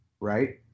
right